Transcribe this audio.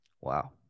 Wow